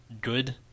Good